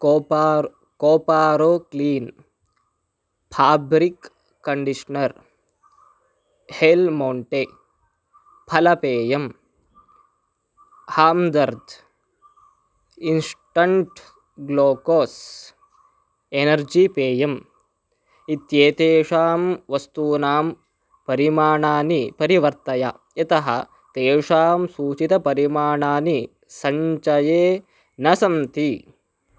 कोपार् कोपारो clean fabric conditioner हेल्मोण्टे फलपेयं हांदर्द् इन्स्टण्ट् ग्लोकोस् एनर्जी पेयम् इत्येतेषां वस्तूनां परिमाणानि परिवर्तय यतः तेषां सूचितपरिमाणानि सञ्चये न सन्ति